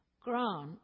grant